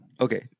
okay